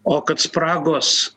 o kad spragos